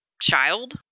child